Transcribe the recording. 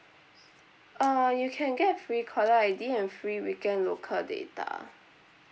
uh you can get free caller I_D and free weekend local data